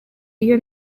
iyo